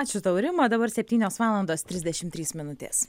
ačiū tau rima dabar septynios valandos trisdešimt trys minutės